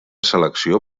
selecció